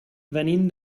venim